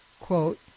quote